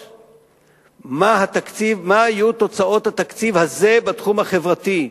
מה יהיו תוצאות התקציב הזה בתחום החברתי: